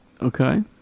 Okay